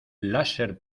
láser